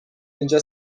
اینجا